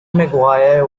mcguire